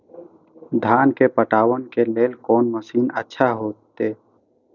धान के पटवन के लेल कोन मशीन अच्छा होते?